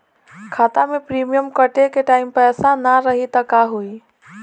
खाता मे प्रीमियम कटे के टाइम पैसा ना रही त का होई?